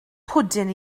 pwdin